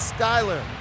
Skyler